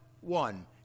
one